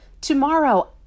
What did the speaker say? tomorrow